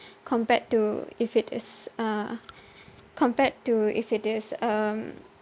compared to if it is a compared to if it is um